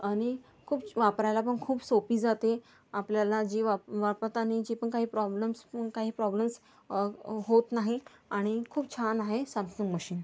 आणि खूप वापरायला पण खूप सोपी जाते आपल्याला जी वाप वापरतानी जे पण काही प्रॉब्लेम्स काही प्रॉब्लेम्स होत नाही आणि खूप छान आहे सॅमसंग मशीन